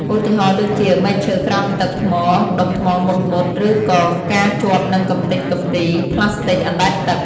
ឧទាហរណ៍ដូចជា មែកឈើក្រោមទឹក ថ្ម ដុំថ្មមុតៗ ឬក៏ការជាប់នឹងកំទេចកំទីប្លាស្ទិកអណ្តែតទឹក។